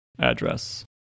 address